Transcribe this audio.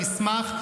אבל את המסמך,